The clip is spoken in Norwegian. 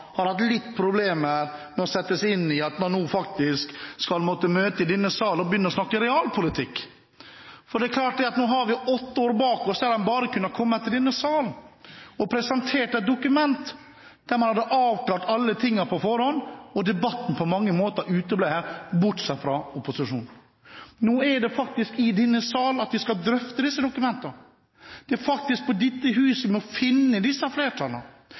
har hatt litt problemer med å sette seg inn i at man nå faktisk skal måtte møte i denne sal og begynne å snakke realpolitikk. Det er klart at nå har vi åtte år bak oss der de bare har kunnet komme i denne sal og presentere et dokument. De hadde avklart alle tingene på forhånd, og debatten uteble på mange måter her, bortsett fra fra opposisjonen. Nå er det faktisk i denne sal at vi skal drøfte disse dokumentene. Det er faktisk i dette hus vi må finne disse flertallene,